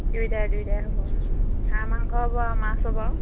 দুইটাই দুইটাই হ'ব হাঁহ মাংস হ'ব আৰু মাছ হ'ব আৰু